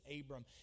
Abram